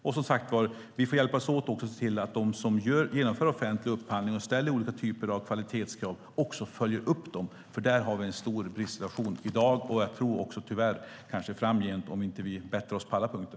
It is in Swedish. Vi får också hjälpas åt att se till att de som genomför offentlig upphandling och ställer olika typer av kvalitetskrav också följer upp dem. Här har vi en stor bristsituation i dag och tyvärr kanske även framgent om vi inte bättrar oss på alla punkter.